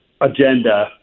agenda